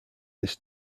this